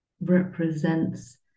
represents